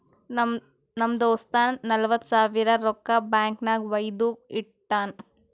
ನಮ್ ದೋಸ್ತ ನಲ್ವತ್ ಸಾವಿರ ರೊಕ್ಕಾ ಬ್ಯಾಂಕ್ ನಾಗ್ ವೈದು ಇಟ್ಟಾನ್